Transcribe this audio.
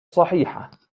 صحيحة